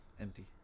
empty